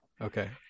Okay